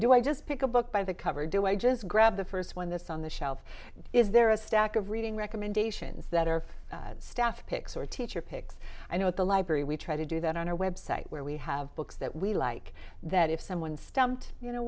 do i just pick a book by the cover do i just grab the first one that's on the shelf is there a stack of reading recommendations that our staff picks or teacher picks i know at the library we try to do that on our website where we have books that we like that if someone stumped you know